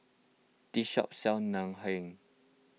this shop sells Ngoh Hiang